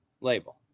label